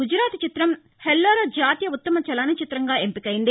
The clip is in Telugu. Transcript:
గుజరాతీ చిత్రం హెల్లరో జాతీయ ఉత్తమ చలనచిత్రంగా ఎంపికైంది